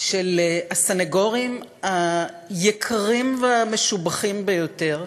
של הסנגורים היקרים והמשובחים ביותר.